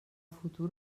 futur